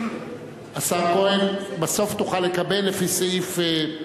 השר כהן, בסוף תוכל לקבל לפי סעיף, תודה,